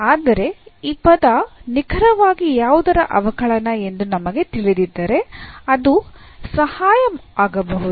ಆದರೆ ಈ ಪದ ನಿಖರವಾಗಿ ಯಾವುದರ ಅವಕಲನ ಎಂದು ನಮಗೆ ತಿಳಿದಿದ್ದರೆ ಅದು ಸಹಾಯ ಆಗಬಹುದು